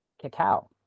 cacao